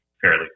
fairly